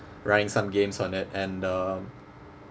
running some games on it and uh